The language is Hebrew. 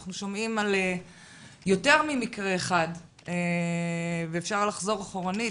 אנחנו שומעים על יותר ממקרה אחד ואפשר לחזור אחורנית.